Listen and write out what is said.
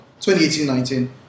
2018-19